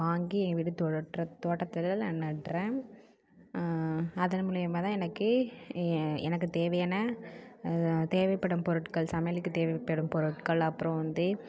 வாங்கி என் வீட்டு தோற்ற தோட்டத்தில் நான் நடுறேன் அதன் மூலிமா தான் எனக்கே எனக்கு தேவையான தேவைப்படும் பொருட்கள் சமையலுக்கு தேவைப்படும் பொருட்கள் அப்றம் வந்து